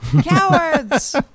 cowards